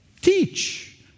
teach